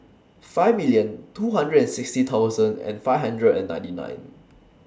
five million two hundred and sixty thousand and five hundred and ninety nine